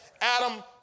Adam